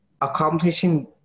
accomplishing